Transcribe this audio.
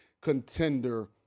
contender